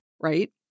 right